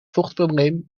vochtprobleem